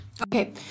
Okay